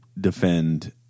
defend